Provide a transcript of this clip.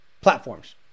platforms